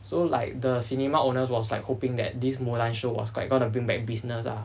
so like the cinema owners was like hoping that this mulan show was like gonna bring back business ah